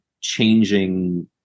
changing